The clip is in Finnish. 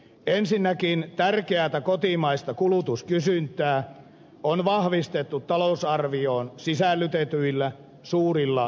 ensinnäkin tärkeätä kotimaista kulutuskysyntää on vahvistettu talousarvioon sisällytetyillä suurilla veronkevennyksillä